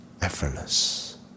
Effortless